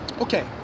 Okay